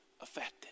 affected